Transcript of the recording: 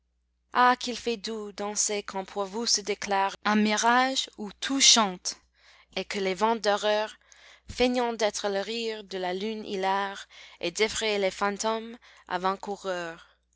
ah qu'il fait doux danser quand pour vous se déclare un mirage où tout chante et que les vents d'horreur feignant d'être le rire de la lune hilare et d'effrayer les fantômes avant-coureurs